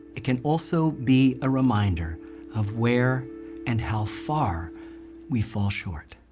it can also be a reminder of where and how far we fall short.